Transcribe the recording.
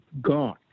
God